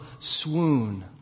swoon